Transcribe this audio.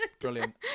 brilliant